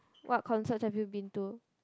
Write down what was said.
what concerts have you been to